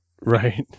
Right